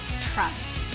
Trust